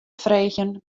freegjen